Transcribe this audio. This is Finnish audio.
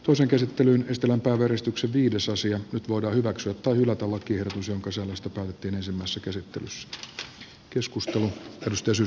toisen käsittelyn este lampaanväristykset liitosasia nyt voidaan hyväksyä tai hylätä lakiehdotus jonka sisällöstä päätettiin ensimmäisessä käsittelyssä